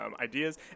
ideas